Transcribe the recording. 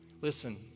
listen